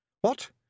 What